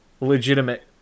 legitimate